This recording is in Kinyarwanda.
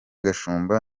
gashumba